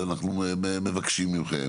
ואנחנו מבקשים ממכם,